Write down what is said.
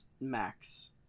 Max